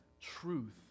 truth